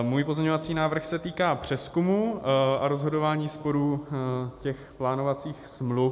Můj pozměňovací návrh se týká přezkumu a rozhodování sporů plánovacích smluv.